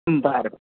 बर बरं